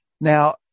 Now